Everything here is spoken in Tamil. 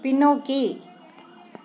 பின்னோக்கி